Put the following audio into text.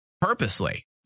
purposely